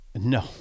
No